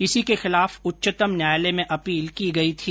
इसी के खिलाफ उच्चतम न्यायालय में अपील की गई थी